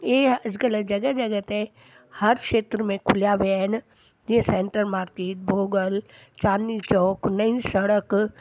इए ई अॼुकल्ह जॻह जॻह ते हर खेत्र में खुलिया विया आहिनि जीअं सेंटर मार्किट भोगल चांदनी चौक नई सड़क